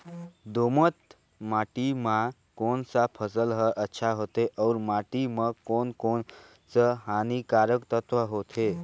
दोमट माटी मां कोन सा फसल ह अच्छा होथे अउर माटी म कोन कोन स हानिकारक तत्व होथे?